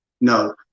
no